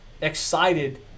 excited